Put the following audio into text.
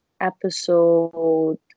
episode